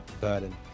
burden